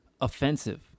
offensive